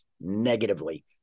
negatively